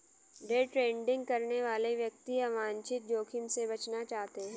day trading करने वाले व्यक्ति अवांछित जोखिम से बचना चाहते हैं